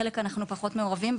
בחלק אנחנו פחות מעורבים,